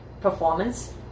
performance